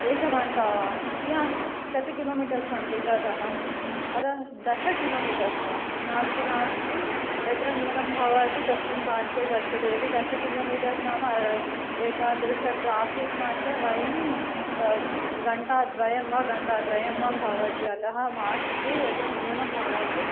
एकघण्टा वा कीयान् कति किलोमीटर्स् सन्ति ततः अतः दश किलोमीटर्स् वा नास्ति नास्ति यत्र न्यूनं भवति तस्मिन् पार्श्वे गच्छतु यदि दश किलोमीटर्स् नाम एतादृश ट्राफ़िक् मध्ये वयं गण्टाद्वयं वा गण्टात्रयं वा भवति अतः मास्तु यत्र न्यूनं भवति